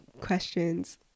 questions